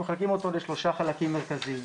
אנחנו מחלקים אותו לשלושה חלקים מרכזיים.